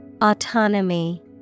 Autonomy